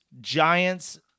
Giants